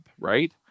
right